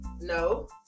no